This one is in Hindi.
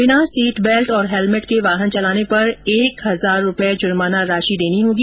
बिना सीट बैल्ट और हेलमेट के वाहन चलाने पर एक हजार रूपए जुर्माना राशि देनी होगी